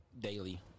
daily